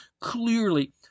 Clearly